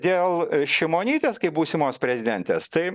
dėl šimonytės kaip būsimos prezidentės tai